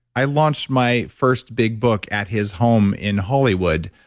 i launched my first big book at his home in hollywood,